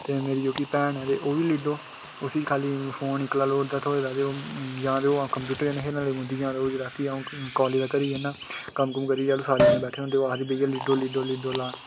ते मेरी जेह्की भैन ऐ ते ओह् बी लीडो अ'ऊं कालेज दा घर जन्नां